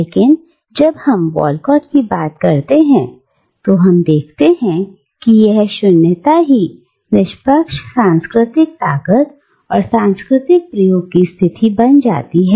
लेकिन जब हम वॉलकॉट की बात करते हैं तो हम देखते हैं कि यह शून्यता ही निष्पक्ष सांस्कृतिक ताकत और सांस्कृतिक प्रयोग की स्थिति बन जाती है